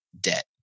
debt